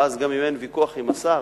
ואז גם אם אין ויכוח עם השר,